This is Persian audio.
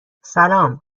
سلام